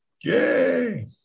yay